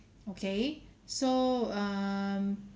okay so um